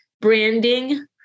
branding